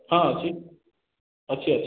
ହଁ ଅଛି ଅଛି ଅଛି